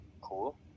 Cool